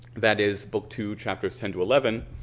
that is book two chapters ten to eleven,